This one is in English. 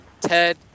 Ted